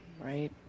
Right